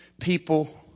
people